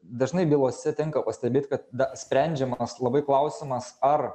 dažnai bylose tenka pastebėt kad da sprendžiamas labai klausimas ar